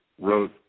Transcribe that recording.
wrote